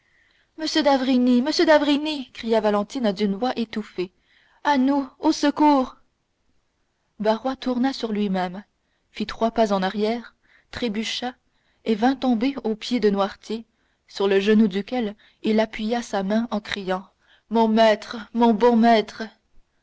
monsieur d'avrigny monsieur d'avrigny cria valentine d'une voix étouffée à nous au secours barrois tourna sur lui-même fit trois pas en arrière trébucha et vint tomber aux pieds de noirtier sur le genou duquel il appuya sa main en criant mon maître mon bon maître